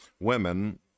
women